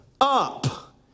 up